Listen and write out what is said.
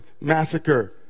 massacre